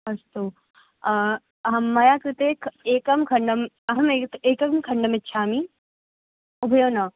अस्तु मया कृते एकं खण्डम् अहम् एकं खण्डम् इच्छामि उभयो न